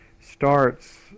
starts